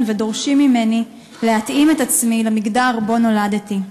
ודורשים ממני להתאים את עצמי למגדר שבו נולדתי.